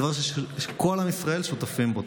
זה דבר שכל עם ישראל שותפים בו.